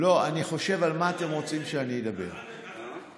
לא רדפתי אחרי העניין הזה.